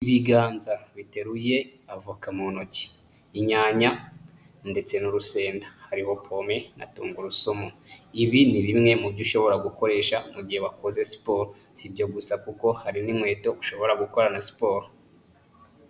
Ibiganza biteruye avoka mu ntoki, inyanya ndetse n'urusenda. Hariho pome na tungurusumu. Ibi ni bimwe mu byo ushobora gukoresha mu mu gihe wakoze siporo. Si ibyo gusa kuko hari n'inkweto ushobora gukorana siporo.